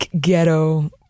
ghetto